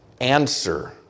Answer